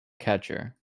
catcher